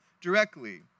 directly